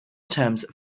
terms